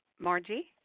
Margie